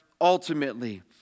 ultimately